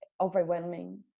overwhelming